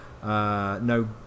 No